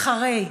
אחרי,